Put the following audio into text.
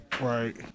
Right